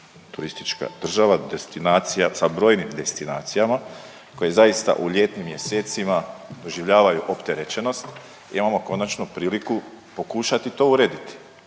destinacija sa brojnim destinacijama koje zaista u ljetnim mjesecima proživljavaju opterećenost imamo konačno priliku pokušati to urediti